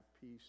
peace